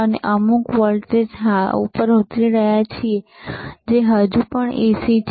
અમે અમુક વોલ્ટેજ પર ઉતરી રહ્યા છીએ જે હજુ પણ AC છે